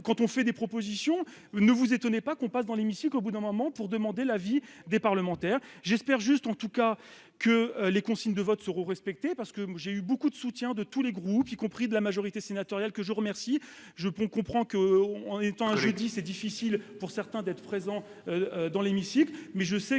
quand on fait des propositions. Ne vous étonnez pas qu'on passe dans l'hémicycle, au bout d'un moment pour demander l'avis des parlementaires. J'espère juste en tout cas que les consignes de vote seront respectées. Parce que moi j'ai eu beaucoup de soutien de tous les groupes y compris de la majorité sénatoriale que je vous remercie. Je prends comprend que on étant j'ai dit c'est difficile pour certains d'être présents. Dans l'hémicycle